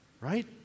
right